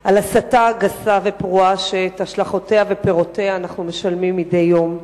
על ההסתה הגסה והפרועה שעל השלכותיה ופירותיה אנחנו משלמים מדי יום.